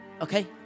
Okay